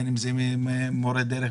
בין אם זה מורי דרך,